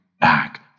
back